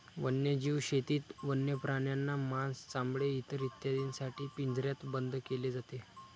वन्यजीव शेतीत वन्य प्राण्यांना मांस, चामडे, फर इत्यादींसाठी पिंजऱ्यात बंद केले जाते